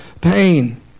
pain